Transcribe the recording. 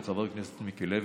של חבר הכנסת מיקי לוי,